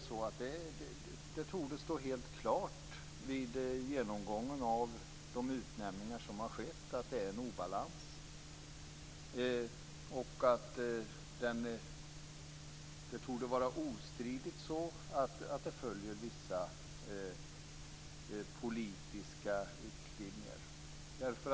Det torde stå helt klart vid genomgången av de utnämningar som har skett att det råder en obalans. Det torde ostridigt vara så att utnämningarna följer vissa politiska riktlinjer.